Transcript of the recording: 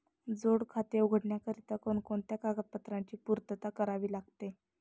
जोड खाते उघडण्याकरिता कोणकोणत्या कागदपत्रांची पूर्तता करावी लागते?